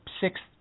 sixth